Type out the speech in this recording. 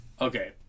Okay